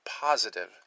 positive